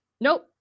Nope